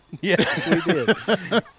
Yes